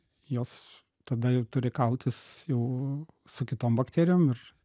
jos tada jau turi kautis jau su kitom bakterijom ir